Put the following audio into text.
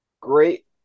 great